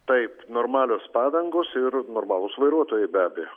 taip normalios padangos ir normalūs vairuotojai be abejo